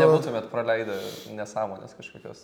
nebūtumėt praleidę nesąmonės kažkokios